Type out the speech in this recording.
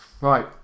right